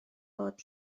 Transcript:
fod